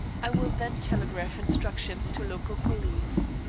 i will then telegraph instructions to local police.